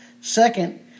Second